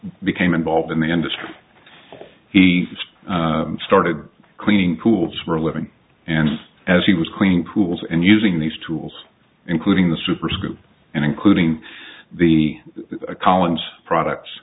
became involved in the industry he started cleaning pools for a living and as he was cleaning pools and using these tools including the superscript and including the collins products